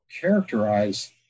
characterize